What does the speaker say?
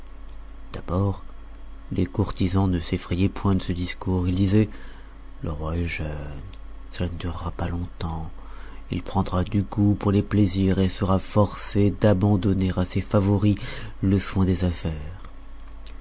d'abord les courtisans ne s'effrayaient point de ce discours ils disaient le roi est jeune cela ne durera pas longtemps il prendra du goût pour les plaisirs et sera forcé d'abandonner à ses favoris le soin des affaires